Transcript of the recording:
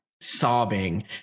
sobbing